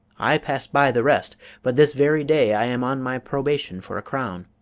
i pass by the rest but this very day i am on my probation for a crown,